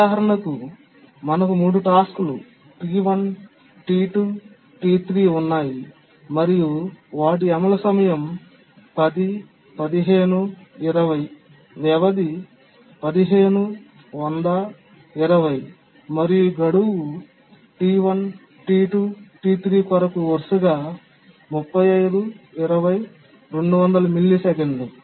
ఉదాహరణకు మనకు 3 టాస్క్లు T1 T2 T3 ఉన్నాయి మరియు వాటి అమలు సమయం 10 15 20 వ్యవధి 15100 20 మరియు గడువు T1 T2 T3 కొరకు వరుసగా 35 20 200 మిల్లీసెకన్లు